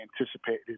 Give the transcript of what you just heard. anticipated